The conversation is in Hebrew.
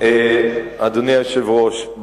אדוני היושב-ראש,